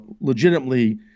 legitimately